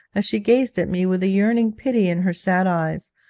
as she gazed at me with a yearning pity in her sad eyes,